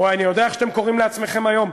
או, אני יודע איך אתם קוראים לעצמכם היום?